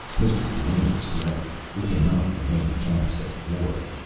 mr. tremaine was correct we cannot remain camps at war.